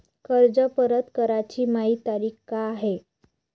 कर्ज परत कराची मायी तारीख का हाय?